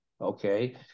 okay